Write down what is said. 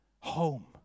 Home